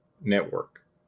network